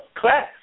class